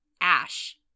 Ash